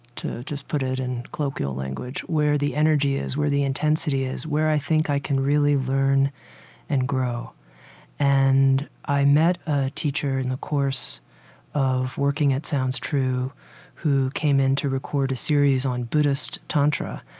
to just put it in colloquial language, where the energy is, where the intensity is, where i think i can really learn and grow and i met a teacher in the course of working at sounds true who came in to record a series on buddhist tantra.